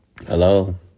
Hello